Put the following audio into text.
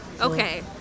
Okay